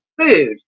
food